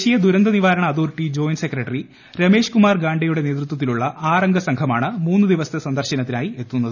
ദേശീയ ദൂരന്ത നിവാരണ അതോറില്പ് ജോ്യിന്റ് സെക്രട്ടറി രമേശ് കുമാർ ഗാണ്ഡയുടെ നേതൃത്വത്തിലുള്ള ആറ് അംഗ സംഘമാണ് മൂന്ന് ദിവസത്തെ സന്ദർശനത്തിനായ്ട്രി എത്തുന്നത്